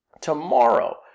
tomorrow